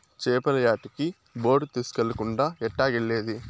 చేపల యాటకి బోటు తీస్కెళ్ళకుండా ఎట్టాగెల్లేది